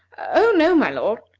oh, no, my lord,